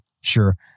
Sure